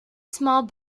small